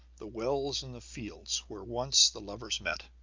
the wells in the fields where once the lovers met.